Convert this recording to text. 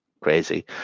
crazy